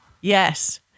yes